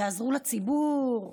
יעזרו לציבור,